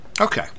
okay